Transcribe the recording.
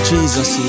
Jesus